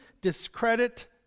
discredit